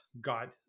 god